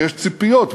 ויש ציפיות,